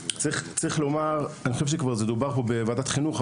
אני חושב שזה כבר נאמר פה בוועדת חינוך,